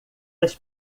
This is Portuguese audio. das